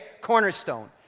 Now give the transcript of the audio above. Cornerstone